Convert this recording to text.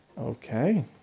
Okay